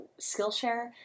Skillshare